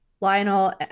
Lionel